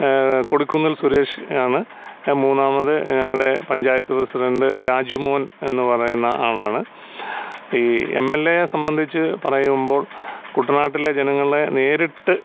കൊടിക്കുന്നിൽ സുരേഷ് ആണ് മൂന്നാമത് ഞങ്ങളുടെ പഞ്ചായത്ത് പ്രസിഡൻ്റ് രാജുമോൻ എന്നു പറയുന്ന ആളാണ് ഈ എം എൽ എയെ സംബന്ധിച്ച് പറയുമ്പോൾ കുട്ടനാട്ടിലെ ജനങ്ങളെ നേരിട്ട്